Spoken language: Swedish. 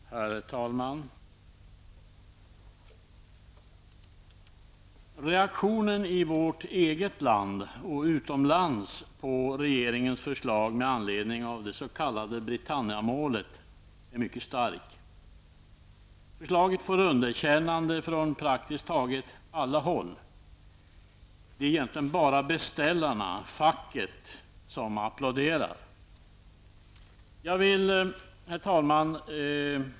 Herr talman! Reaktionen i vårt eget land och utomlands på regeringens förslag med anledning av det s.k. Britanniamålet är mycket stark. Förslaget får ett underkännande från praktiskt taget alla håll. Det är egentligen bara beställaren, facket, som applåderar. Herr talman!